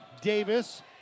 Davis